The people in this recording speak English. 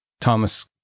Thomas